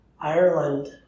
Ireland